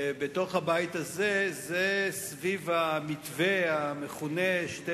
הזה הם כמובן סביב המתווה המכונה "שתי